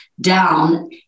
down